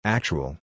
Actual